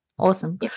awesome